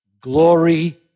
Glory